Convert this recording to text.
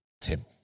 Tim